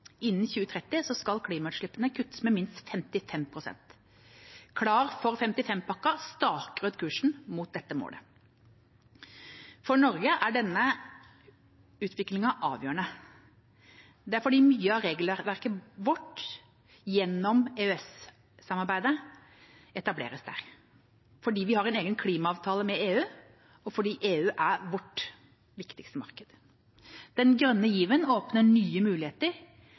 Innen 2030 skal klimautslippene kuttes med minst 55 pst. Klar for 55-pakken staker ut kursen mot dette målet. For Norge er denne utviklingen avgjørende. Det er fordi mye av regelverket blir vårt gjennom EØS-samarbeidet, fordi vi har en egen klimaavtale med EU, og fordi EU er vårt viktigste marked. Den grønne given åpner nye muligheter